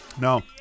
No